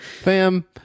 Fam